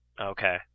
Okay